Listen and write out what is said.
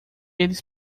eles